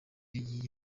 y’iyi